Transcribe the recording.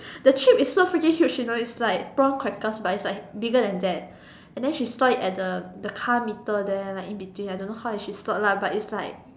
the chip is so freaking huge you know is like prawn crackers but is like bigger than that and then she saw it at the the car meter there like in between I don't know how did she slot lah but is like